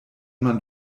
man